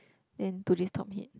then today's top hit